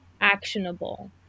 actionable